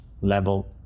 level